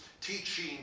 teaching